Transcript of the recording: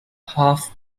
half